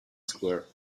square